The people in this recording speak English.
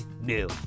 new